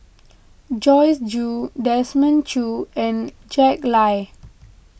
Joyce Jue Desmond Choo and Jack Lai